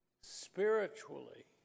spiritually